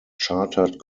chartered